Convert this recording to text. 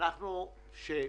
ששם